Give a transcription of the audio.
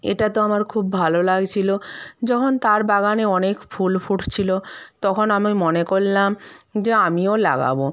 এটা তো আমার খুব ভালো লাগছিলো যখন তার বাগানে অনেক ফুল ফুটছিলো তখন আমি মনে করলাম যে আমিও লাগাবো